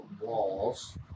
Walls